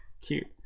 Cute